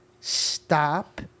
Stop